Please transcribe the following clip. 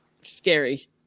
Scary